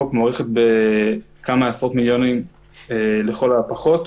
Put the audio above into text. מוערכת בכמה עשרות מיליונים לכל הפחות,